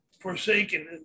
forsaken